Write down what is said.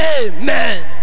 amen